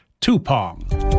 Tupong